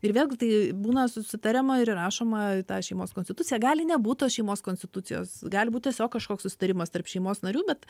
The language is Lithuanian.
ir vėlgi tai būna susitariama ir įrašoma į tą šeimos konstituciją gali nebūt tos šeimos konstitucijos gali būt tiesiog kažkoks susitarimas tarp šeimos narių bet